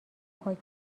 پاک